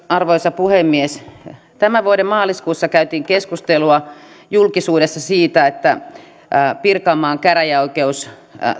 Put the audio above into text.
arvoisa puhemies tämän vuoden maaliskuussa käytiin keskustelua julkisuudessa siinä yhteydessä kun pirkanmaan käräjäoikeus